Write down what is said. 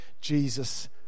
Jesus